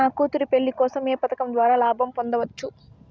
నా కూతురు పెళ్లి కోసం ఏ పథకం ద్వారా లాభం పొందవచ్చు?